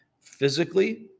physically